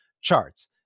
charts